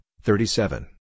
thirty-seven